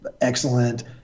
excellent